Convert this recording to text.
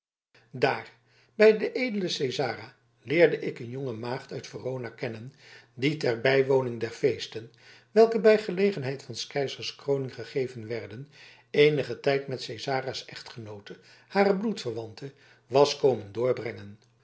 daar bij den edelen cesara leerde ik een jonge maagd uit verona kennen die ter bijwoning der feesten welke bij gelegenheid van s keizers kroning gegeven werden eenigen tijd met cesara's echtgenoote hare bloedverwante was komen doorbrengen